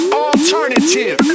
alternative